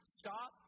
stop